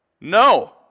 No